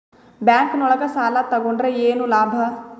Bank ನೊಳಗ ಸಾಲ ತಗೊಂಡ್ರ ಏನು ಲಾಭ?